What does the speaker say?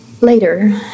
Later